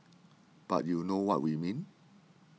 but you know what we mean